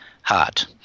heart